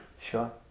Sure